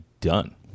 done